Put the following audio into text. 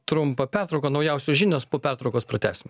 trumpa pertrauka naujausios žinios po pertraukos pratęsim